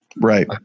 Right